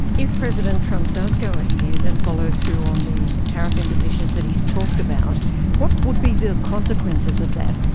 if president trump does go ahead and follow through on the tariff impositions that he has talked about what would be the consequences of that?